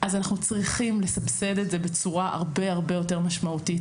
אז אנחנו צריכים לסבסד את זה בצורה הרבה יותר משמעותית.